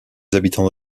habitants